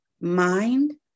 mind